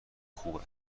خوب